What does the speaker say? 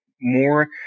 more